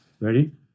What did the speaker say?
ready